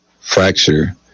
fracture